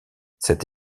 cette